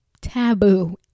taboo